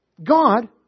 God